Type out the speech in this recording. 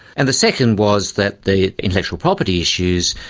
and the second was that the intellectual property issues,